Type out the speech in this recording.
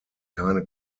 keine